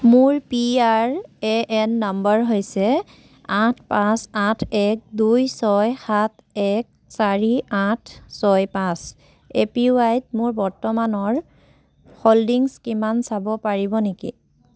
মোৰ P R A N number হৈছে আঠ পাঁচ আঠ এক দুই ছয় সাত এক চাৰি আঠ ছয় পাঁচ এ পি ৱাই ত মোৰ বৰ্তমানৰ হোল্ডিংছ কিমান চাব পাৰিব নেকি